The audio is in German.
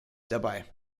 dabei